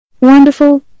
Wonderful